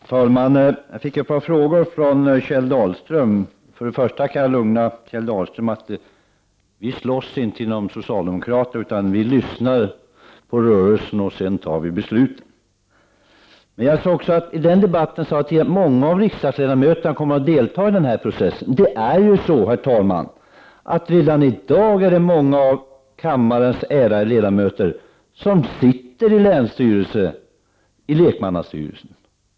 Herr talman! Jag fick ett par frågor från Kjell Dahlström. Till att börja med kan jag lugna Kjell Dahlström med att vi inte slåss inom det socialdemokratiska partiet, utan vi lyssnar på rörelsen och sedan fattar vi beslut. Jag sade tidigare att många av riksdagsledamöterna kommer att delta i processen. Redan i dag sitter många av kammarens ärade ledamöter i länsstyrelserna, i lekmannastyrelser.